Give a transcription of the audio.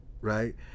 right